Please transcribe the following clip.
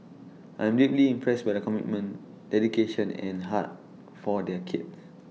I'm deeply impressed by the commitment dedication and heart for their kids